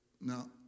Now